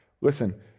listen